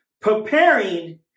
preparing